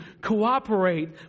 cooperate